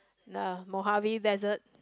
ya Mojave Desert